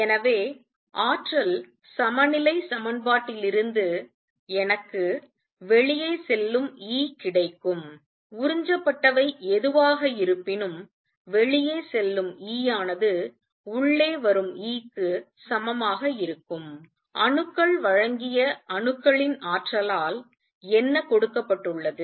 எனவே ஆற்றல் சமநிலை சமன்பாட்டிலிருந்து எனக்கு வெளியே செல்லும் E கிடைக்கும் உறிஞ்சப்பட்டவை எதுவாக இருப்பினும் வெளியே செல்லும் E யானது உள்ளே வரும் E க்கு சமமாக இருக்கும் அணுக்கள் வழங்கிய அணுக்களின் ஆற்றலால் என்ன கொடுக்கப்பட்டுள்ளது